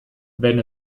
wenn